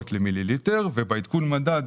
למיליליטר ובעדכון מדד